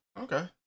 Okay